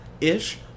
ish